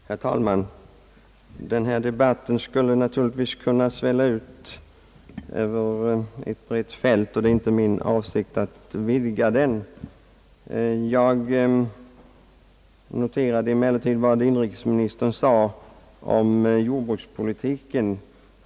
Herr talman! Denna debatt skulle naturligtvis kunna svälla ut över ett brett fält, men det är inte min avsikt att utvidga den. Jag noterade emellertid vad inrikesministern yttrade om jordbrukspolitiken.